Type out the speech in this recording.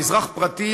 כאזרח פרטי,